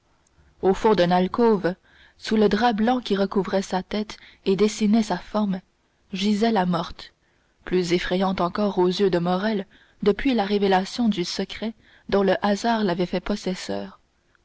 au fond d'une alcôve sous le drap blanc qui recouvrait sa tête et dessinait sa forme gisait la morte plus effrayante encore aux yeux de morrel depuis la révélation du secret dont le hasard l'avait fait possesseur